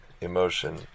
emotion